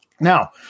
Now